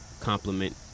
compliment